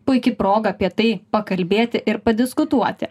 puiki proga apie tai pakalbėti ir padiskutuoti